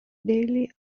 daly